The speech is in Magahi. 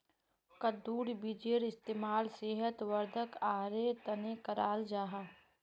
कद्दुर बीजेर इस्तेमाल सेहत वर्धक आहारेर तने कराल जाहा